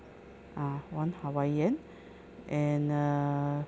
ah one hawaiian and err